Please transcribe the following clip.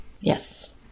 Yes